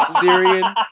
Syrian